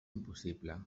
impossible